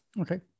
Okay